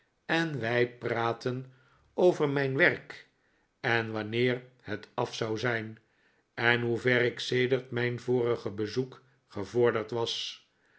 en wij praatten over mijn werk en wanneer het af zou zijn en hoe ver ik sedert mijn vorige bezoek gevorderd was